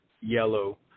yellow